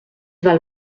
val